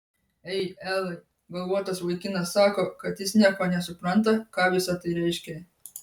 ei elai galvotas vaikinas sako kad jis nieko nesupranta ką visa tai reiškia